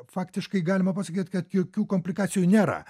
faktiškai galima pasakyt kad jokių komplikacijų nėra